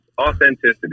Authenticity